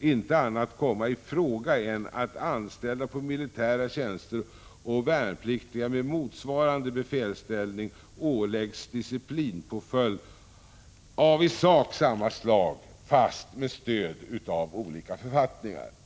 inte annat komma i fråga än att anställda på militära tjänster och värnpliktiga med motsvarande befälsställning åläggs disciplinpåföljd av i sak samma slag, fast med stöd av olika författningar.